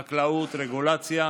חקלאות, רגולציה,